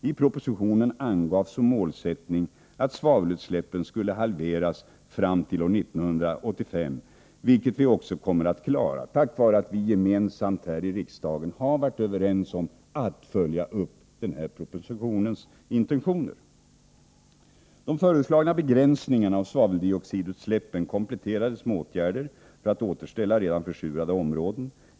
I propositionen angavs som målsättning att svavelutsläppen skulle halveras fram till år 1985, vilket vi också kommer att klara tack vare att vi gemensamt här i riksdagen har varit överens om att följa upp den här propositionens intentioner. De föreslagna begränsningarna av svaveldioxidutsläppen kompletterades med åtgärder för att återställa redan försurade områden.